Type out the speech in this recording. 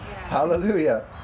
hallelujah